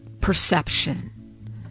perception